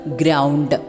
ground